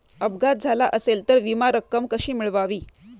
अपघात झाला असेल तर विमा रक्कम कशी मिळवावी?